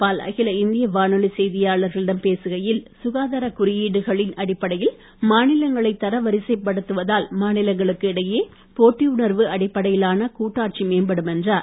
பால் அகில இந்திய வானொலி செய்தியாளர்களிடம் பேசுகையில் சுகாதாரக் குறியீடுகளின் அடிப்படையில் மாநிலங்களை தரவரிசைப்படுத்துவதால் மாநிலங்களுக்கு இடையே போட்டி உணர்வு அடிப்படையிலான கூட்டாட்சி மேம்படும் என்றார்